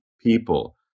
people